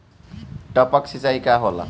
टपक सिंचाई का होला?